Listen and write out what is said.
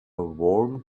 warm